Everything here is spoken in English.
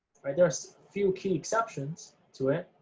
right, there's few key exceptions to it,